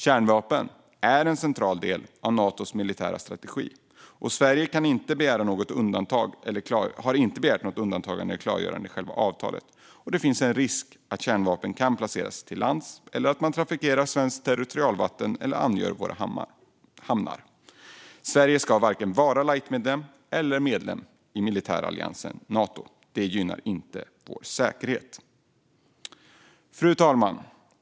Kärnvapen är en central del av Natos militära strategi. Sverige har inte begärt något undantag eller klargörande i själva avtalet. Det finns en risk för att kärnvapen kan placeras till lands eller att man kan trafikera svenskt territorialvatten och angöra hamnar. Sverige ska varken vara light-medlem eller medlem i militäralliansen Nato. Det gynnar inte vår säkerhet. Fru talman!